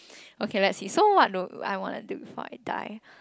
okay let's see so what do I want to do before I die